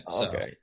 Okay